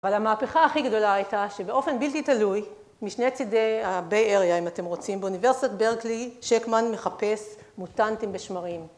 אבל המהפכה הכי גדולה הייתה שבאופן בלתי תלוי, משני צדי ה-Bay area אם אתם רוצים, באוניברסיטת ברקלי, שקמן מחפש מוטנטים בשמרים.